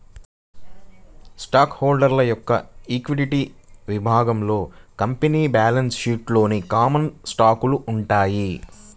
stock holder యొక్క equity విభాగంలో company balance షీట్లోని కామన్ స్టాకులు ఉంటాయి